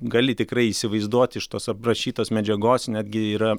gali tikrai įsivaizduoti iš tos aprašytos medžiagos netgi yra